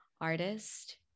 artist